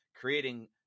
creating